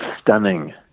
stunning